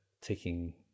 taking